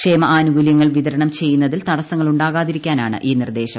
ക്ഷേമ ആനുകൂല്യങ്ങൾ വിതരണം ചെയ്യുന്നതിൽ തടസങ്ങൾ ഉണ്ടാകാതിരിക്കാനാണ് ഈ നിർദ്ദേശം